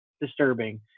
disturbing